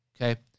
Okay